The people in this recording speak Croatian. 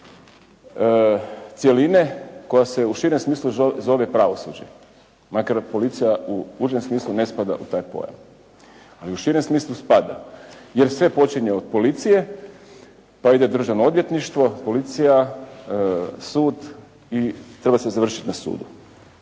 cjeline koja se u širem smislu zove pravosuđe, makar policija u užem smislu ne spada u taj pojam. Ali u širem smislu spada jer sve počinje od policije, pa ide Državno odvjetništvo, policija, sud i treba se završiti na sudu.